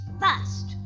first